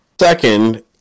Second